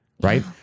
Right